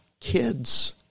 kids